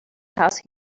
house